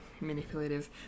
manipulative